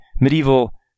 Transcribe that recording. medieval